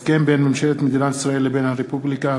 הסכם בין ממשלת מדינת ישראל לבין הרפובליקה